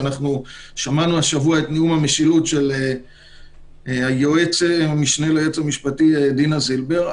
שמענו השבוע את נאום המשילות של המשנה ליועץ המשפטי דינה זילבר.